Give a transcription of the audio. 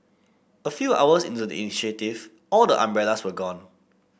a few hours into the initiative all the umbrellas were gone